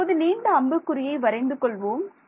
இப்போது நீண்ட அம்புக்குறியை வரைந்து கொள்வோம்